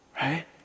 Right